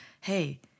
Hey